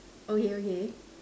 okay okay